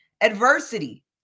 Adversity